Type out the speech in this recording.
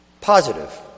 Positive